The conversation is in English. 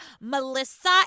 Melissa